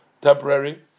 temporary